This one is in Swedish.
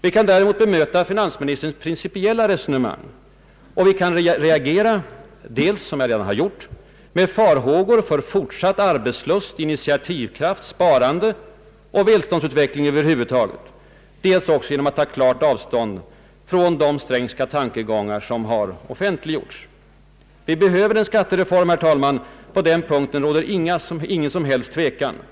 Vi kan däremot bemöta finansministerns principiella resonemang, och vi kan reagera, dels — som jag redan gjort — med farhågor för fortsatt arbetslust, initiativkraft, sparande och välståndsutveckling över huvud taget, dels också genom att ta klart avstånd från de Strängska tankegångar som har offentliggjorts. Vi behöver en skattereform, herr talman. På den punkten råder ingen som helst tvekan.